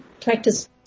practice